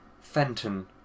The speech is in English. Fenton